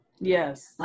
Yes